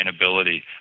sustainability